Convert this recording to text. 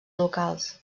locals